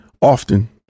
often